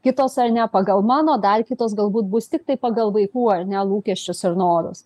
kitos ar ne pagal mano dar kitos galbūt bus tiktai pagal vaikų ar ne lūkesčius ir norus